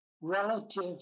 relative